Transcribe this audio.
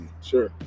Sure